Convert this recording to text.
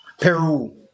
Peru